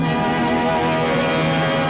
and